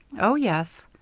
oh, yes.